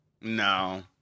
No